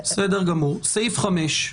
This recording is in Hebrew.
סעיף 5,